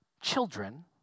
children